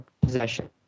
possession